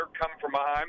come-from-behind